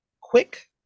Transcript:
quick